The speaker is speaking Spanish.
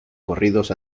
corridos